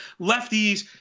lefties